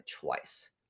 twice